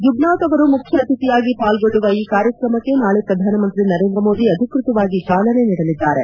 Jugnauth ಅವರು ಮುಖ್ಯ ಅತಿಥಿಯಾಗಿ ಪಾಲ್ಗೊಳ್ಳುವ ಈ ಕಾರ್ಕ್ರಮಕ್ಕೆ ನಾಳಿ ಪ್ರಧಾನಮಂತ್ರಿ ನರೇಂದ್ರಮೋದಿ ಅಧಿಕೃತವಾಗಿ ಚಾಲನೆ ನೀಡಲಿದ್ದಾರೆ